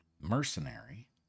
mercenary